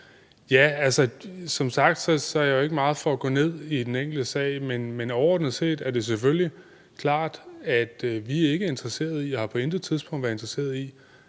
Bek): Som sagt er jeg jo ikke meget for at gå ned i den enkelte sag, men overordnet set er det selvfølgelig klart, at vi ikke er interesseret i og på intet tidspunkt har været interesseret i,